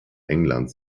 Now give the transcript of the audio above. englands